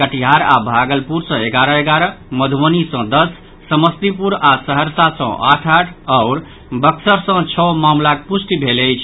कटिहार आओर भागलपुर सँ एगारह एगारह मधुबनी सँ दस समस्तीपुर आ सहरसा सँ आठ आठ आओर बक्सर सँ छओ मामिलाक पुष्टि भेल अछि